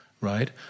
right